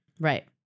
Right